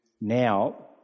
now